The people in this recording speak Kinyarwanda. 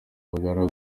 bangana